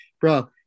Bro